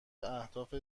اهداف